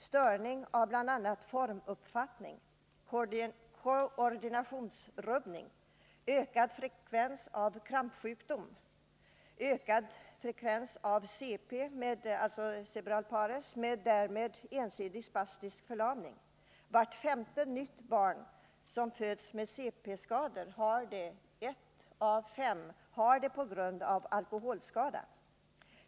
Störning av bl.a. formuppfattning kan vidare förekomma, liksom koordinationsrubbning, ökad frekvens av krampsjukdom och ökad frekvens av CP — dvs. cerebral pares — med ensidig spastisk förlamning. Vart 5:e nytt CP-barn som föds har fått sin sjukdom på grund av alkoholskada.